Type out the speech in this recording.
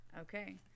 Okay